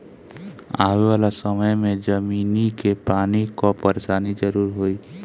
आवे वाला समय में जमीनी के पानी कअ परेशानी जरूर होई